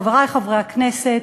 חברי חברי הכנסת,